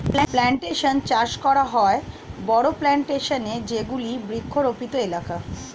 plantation চাষ করা হয় বড়ো প্লানটেশন এ যেগুলি বৃক্ষরোপিত এলাকা